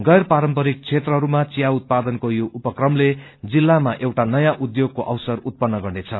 गैर पारमपरिक क्षेत्रहरूमा चिया उतपादनको यो उपक्रमले जिल्लामा एउआ नयाँ उध्योगको अवसर उत्पन्न गर्नेछ